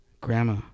Grandma